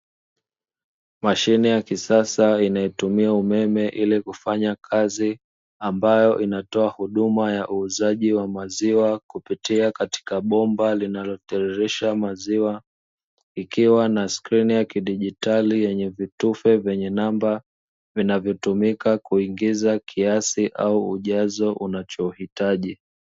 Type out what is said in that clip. Mashine ya kisasa inatumia umeme ili kufanya kazi, ambayo inatoa huduma ya uuzaji wa maziwa kupitia katika bomba linalotirirsha maziwa, ikiwa na skrini ya kidigitali yenye vitufe vyenye namba vinavyotumika kuingiza kiasi au ujazo unachohitaji.